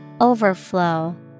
Overflow